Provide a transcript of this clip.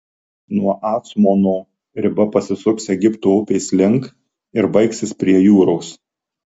nuo acmono riba pasisuks egipto upės link ir baigsis prie jūros